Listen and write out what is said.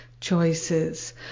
choices